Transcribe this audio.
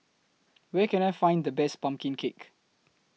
Where Can I Find The Best Pumpkin Cake